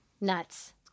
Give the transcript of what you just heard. Nuts